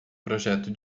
projeto